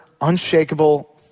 unshakable